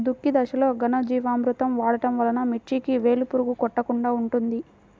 దుక్కి దశలో ఘనజీవామృతం వాడటం వలన మిర్చికి వేలు పురుగు కొట్టకుండా ఉంటుంది?